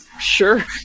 Sure